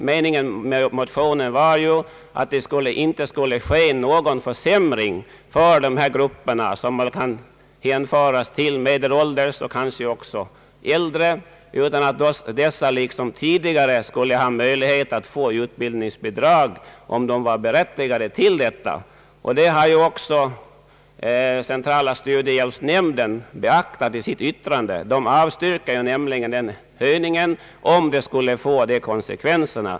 Meningen med motionen var ju att det inte skulle ske någon försämring för dessa grupper som består av medelålders och äldre personer, utan att de liksom hittills skulle ha möjlighet att erhålla utbildningsbidrag, om de var berättigade därtill. Detta har också centrala studiehjälpsnämnden be aktat i sitt yttrande, då nämnden avstyrker den föreslagna höjningen av åldersgränsen, om höjningen skulle få dessa konsekvenser.